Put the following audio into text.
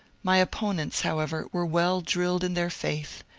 my opponents, however, were well drilled in their faith,